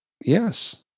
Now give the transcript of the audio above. yes